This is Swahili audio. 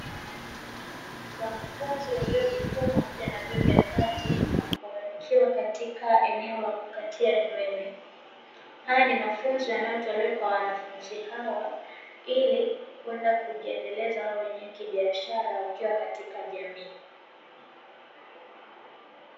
Wanafunzi wa vyuo vikuu na vyuo vya kati wakiwa katika eneo la kukatia nywele. Haya ni mafunzo yanayotolewa kwa wanafunzi hao ili kwenda kujiendeleza wao wenyewe kibiashara wakiwa katika jamii.